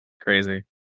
Crazy